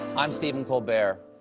i'm stephen colbert.